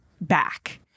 back